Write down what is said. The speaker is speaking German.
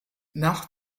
nach